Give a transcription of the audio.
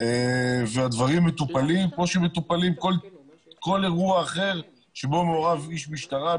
והדברים מטופלים כמו שמטופל כל אירוע אחר שבו מעורב איש משטרה,